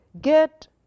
get